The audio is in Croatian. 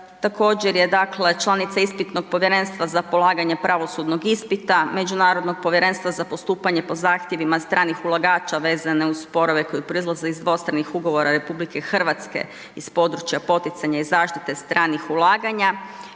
također je dakle članica Ispitnog povjerenstva za polaganje pravosudnog ispita, Međunarodnog povjerenstva za postupanje po zahtjevima stranih ulagača vezane uz sporove koji proizlaze iz dvostranih ugovora RH iz područja poticanja i zaštite stranih ulaganja,